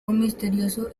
misterioso